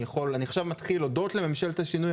אני עכשיו מתחיל הודות לממשלת השינוי,